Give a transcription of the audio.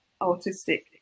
autistic